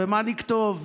ומה נכתוב,